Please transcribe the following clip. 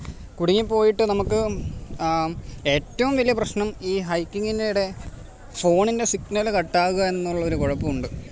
കുടുങ്ങി പോയിട്ട് നമുക്ക് ഏറ്റവും വലിയ പ്രശ്നം ഈ ഹൈക്കിങ്ങിനിടെ ഫോണിൻ്റെ സിഗ്നൽ കട്ട് ആകുക എന്നുള്ള ഒരു കുഴപ്പം ഉണ്ട്